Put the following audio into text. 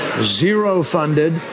zero-funded